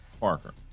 Parker